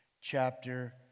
chapter